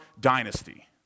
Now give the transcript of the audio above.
dynasty